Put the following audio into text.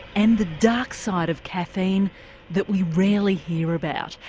and the dark side of caffeine that we rarely hear about.